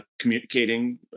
communicating